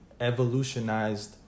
evolutionized